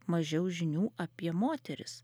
mažiau žinių apie moteris